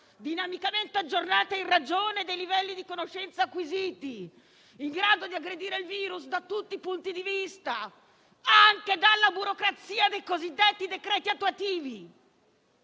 dinamicamente aggiornata in ragione dei livelli di conoscenza acquisiti, in grado di aggredire il virus da tutti i punti di vista, anche dalla burocrazia dei cosiddetti decreti attuativi!